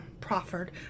proffered